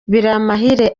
biramahire